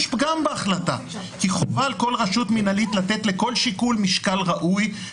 יש פגם בהחלטה כי חובה על כל רשות מינהלית לתת לכל שיקול משקל ראוי.